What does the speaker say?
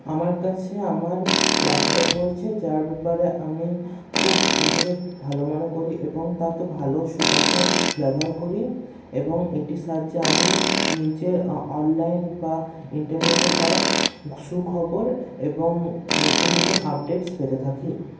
আমার কাছে আমার ল্যাপটপ রয়েছে যার ব্যাপারে আমি খুব নিজেকে ভালো মনে করি এবং তাকে ভালো সুকাজে ব্যবহার করি এবং এটির সাহায্যে আমি নিজে অ অনলাইন বা ইন্টারনেটের দ্বারা সুখবর এবং নতুন নতুন আপডেটস পেতে থাকি